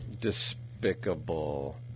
Despicable